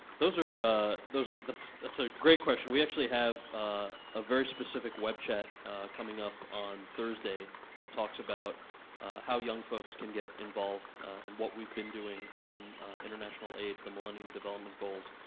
those are that's that's a great question. we actually have a very specific web chat coming up on thursday that talks about how young folks can get involved and what we've been doing on international aid, the millennium development goals